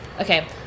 okay